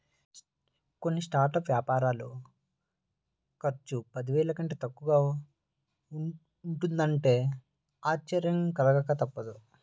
కొన్ని స్టార్టప్ వ్యాపారాల ఖర్చు పదివేల కంటే తక్కువగా ఉంటున్నదంటే ఆశ్చర్యం కలగక తప్పదు